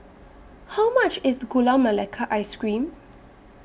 How much IS Gula Melaka Ice Cream